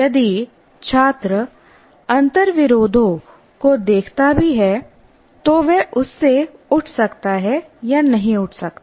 यदि छात्र अंतर्विरोधों को देखता भी है तो वह उससे उठ सकता है या नहीं उठ सकता है